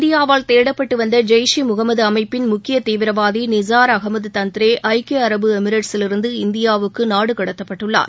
இந்தியாவால் தேடப்பட்டுவந்த ஜெயிஷ் ஈ முகமது அமைப்பின் முக்கிய தீவிரவாதி நிஸார் அகமது தந்த்ரே ஐக்கிய அரபு எமிரேட்ஸிலிருந்து இந்தியாவுக்கு நாடு கடத்தப்பட்டுள்ளார்